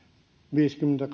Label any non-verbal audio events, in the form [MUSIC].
viisikymmentä [UNINTELLIGIBLE]